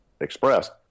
expressed